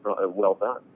well-done